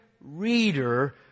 reader